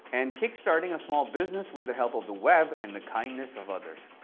and kickstarting a small business with the help of the web and the kindness of ah